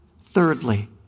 thirdly